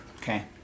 Okay